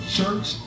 Church